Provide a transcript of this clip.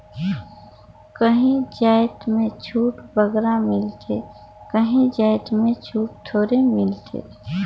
काहीं जाएत में छूट बगरा मिलथे काहीं जाएत में छूट थोरहें मिलथे